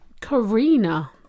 Karina